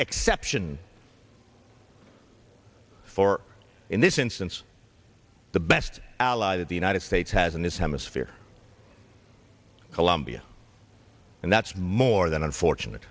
exception for in this instance the best ally that the united states has in this hemisphere colombia and that's more than unfortunate